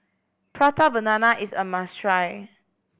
Prata Banana is a must try